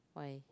why